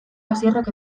asierrek